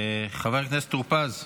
חבר הכנסת טור פז.